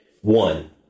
One